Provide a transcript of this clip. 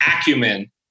acumen